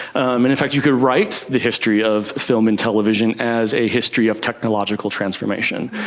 and in fact you could write the history of film and television as a history of technological transformation,